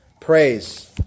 Praise